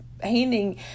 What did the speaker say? handing